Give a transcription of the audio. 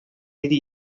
диде